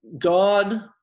God